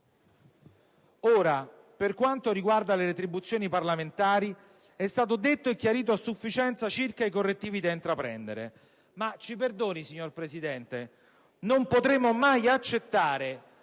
Per quanto riguarda le retribuzioni parlamentari, è stato detto e chiarito a sufficienza circa i correttivi da intraprendere, ma, ci perdoni, signor Presidente, non potremo mai accettare